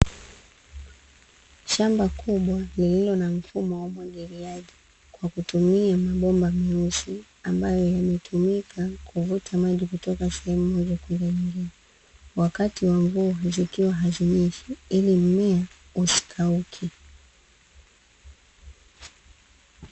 Shamba kubwa lilio na mfumo wa umwagiliaji, kwa kutumia mabomba meusi ambayo yametumika kuvuta maji kutoka sehemu moja kwenda nyingine wakati wa mvua zikiwa hazinyeshi ili mmea usikauke.